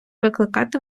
викликати